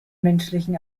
menschlichen